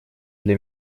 для